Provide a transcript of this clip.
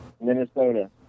Minnesota